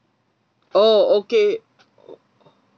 oh okay